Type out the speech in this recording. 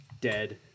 dead